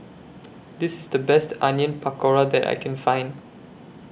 This IS The Best Onion Pakora that I Can Find